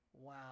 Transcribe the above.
Wow